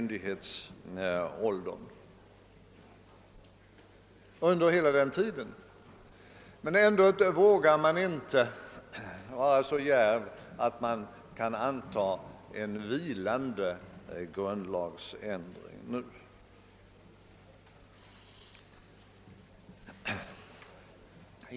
Trots detta vågar majoriteten i utskottet inte vara så djärv att man nu antar en vilande grundlagsändring.